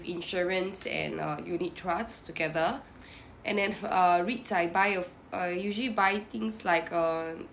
insurance and uh unit trusts together and then f~ uh REITS I buy uh uh usually buy things like err